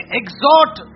exhort